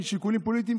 ועל שיקולים פוליטיים,